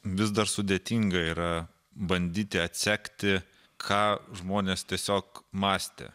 vis dar sudėtinga yra bandyti atsekti ką žmonės tiesiog mąstė